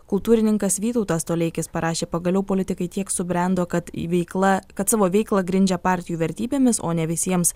kultūrininkas vytautas toleikis parašė pagaliau politikai tiek subrendo kad veikla kad savo veiklą grindžia partijų vertybėmis o ne visiems